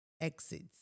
Exits